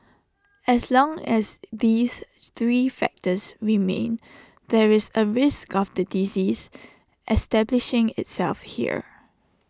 as long as these three factors remain there is A risk of the disease establishing itself here